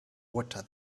water